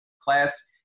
class